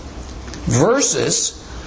versus